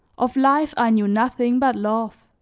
of life i knew nothing but love,